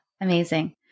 Amazing